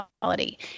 quality